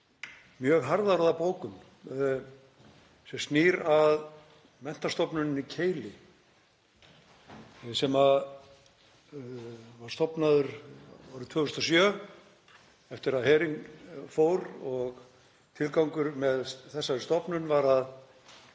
mjög harðorða bókum sem snýr að menntastofnuninni Keili sem var stofnaður árið 2007 eftir að herinn fór. Tilgangurinn með þessari stofnun var að